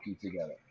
together